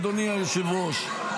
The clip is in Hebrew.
אדוני היושב-ראש,